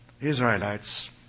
Israelites